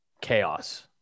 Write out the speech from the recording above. chaos